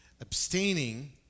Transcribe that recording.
Abstaining